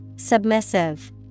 Submissive